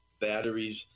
batteries